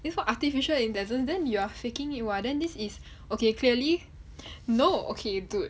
it's for artificial it doesn't then you're faking it [what] then this is okay clearly no okay dude